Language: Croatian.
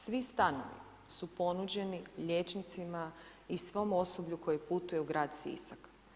Svi stanovi su ponuđeni liječnicima i svom osoblju koji putuju u grad Sisak.